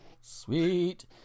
Sweet